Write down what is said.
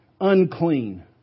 unclean